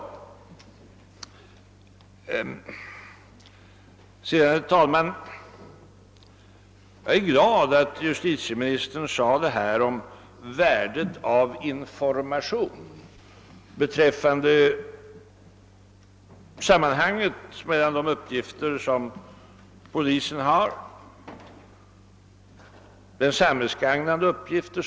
Jag är glad över vad justitieministern sade om värdet av information beträffande sammanhanget mellan de uppgifter som polisen har och de ansvariga för dessa uppgifter.